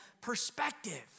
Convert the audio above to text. perspective